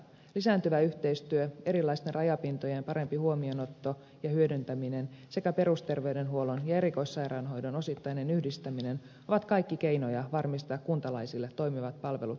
lisääntyvä yhteistyö erilaisten rajapintojen parempi huomioonotto ja hyödyntäminen sekä perusterveydenhuollon ja erikoissairaanhoidon osittainen yhdistäminen ovat kaikki keinoja varmistaa kuntalaisille toimivat palvelut jatkossakin